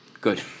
Good